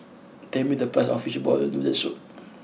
tell me the price of Fishball Noodle Soup